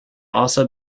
also